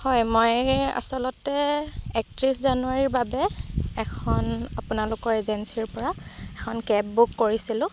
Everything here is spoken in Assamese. হয় মই আচলতে একত্ৰিছ জানুৱাৰীৰ বাবে এখন আপোনালোকৰ এজেন্সীৰ পৰা এখন কেব বুক কৰিছিলোঁ